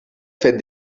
fet